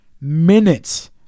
minutes